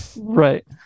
Right